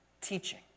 teaching